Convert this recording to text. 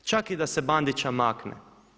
Čak i da se Bandića makne.